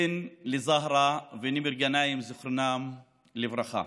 בן לזהרה ונימר גנאים, זיכרונם לברכה,